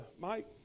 Mike